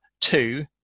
Two